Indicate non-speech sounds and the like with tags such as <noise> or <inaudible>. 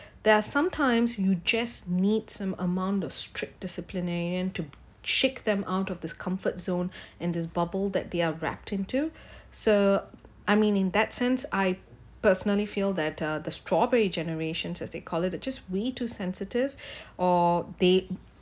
there are sometimes you just need some amount of strict disciplinarian to shake them out of this comfort zone <breath> and this bubble that they are wrapped into <breath> so I mean in that sense I personally feel that uh the strawberry generations as they call it they just way too sensitive <breath> or they